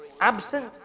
absent